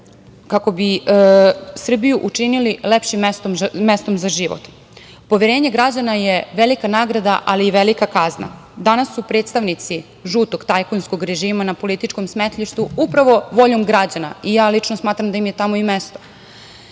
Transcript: kako bi Srbiju učinili lepšim mestom za život. Poverenje građana je velika nagrada, ali i velika kazna. Danas su predstavnici žutog tajkunskog režima na političkom smetlištu voljom građana, i ja lično smatram da im je tamo i mesto.U